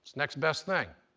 next best thing.